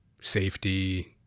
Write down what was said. Safety